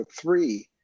three